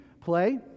play